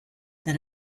that